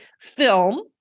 film